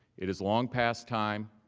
it is long past time